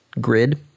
Grid